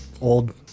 old